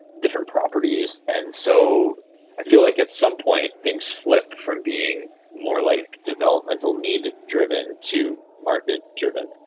different properties, and so i feel like at some point things flip from being more like developmental need driven to market driven.